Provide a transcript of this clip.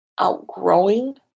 outgrowing